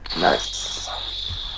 Nice